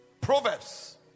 Proverbs